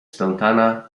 spętana